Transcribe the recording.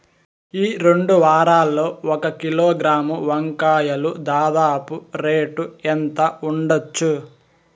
ఈ రెండు వారాల్లో ఒక కిలోగ్రాము వంకాయలు దాదాపు రేటు ఎంత ఉండచ్చు?